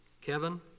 Kevin